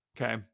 Okay